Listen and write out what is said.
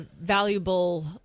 valuable